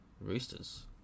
Roosters